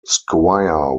squire